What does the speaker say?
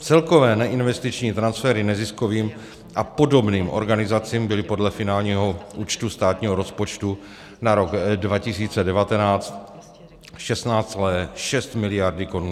Celkové neinvestiční transfery neziskovým a podobným organizacím byly podle finálního účtu státního rozpočtu na rok 2019 16,6 mld. korun.